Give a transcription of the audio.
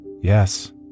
Yes